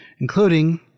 Including